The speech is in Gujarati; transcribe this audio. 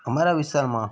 અમારા વિસ્તારમાં